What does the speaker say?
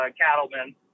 cattlemen